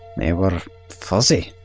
they were fuzzy.